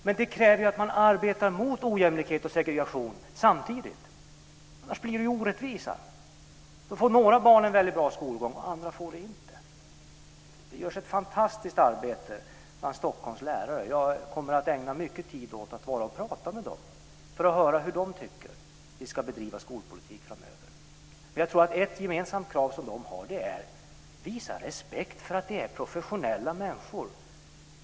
Men det kräver att man arbetar mot ojämlikhet och segregation samtidigt. Annars blir det orättvisa. Då får några barn en väldigt bra skolgång, men andra får det inte. Det görs ett fantastiskt arbete bland Stockholms lärare. Jag kommer att ägna mycket tid åt att prata med dem för att höra hur de tycker att vi ska bedriva skolpolitik framöver. Jag tror att ett gemensamt krav som de har är att vi ska visa respekt för att de är professionella människor.